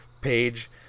page